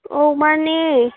ꯑꯣ ꯃꯥꯅꯤ